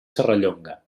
serrallonga